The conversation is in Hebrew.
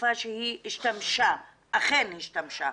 התקופה שהיא השתמשה, אכן השתמשה,